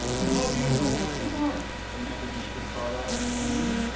and how do you know what to mark? demanded mr carlyle cunningly.